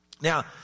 Now